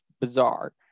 bizarre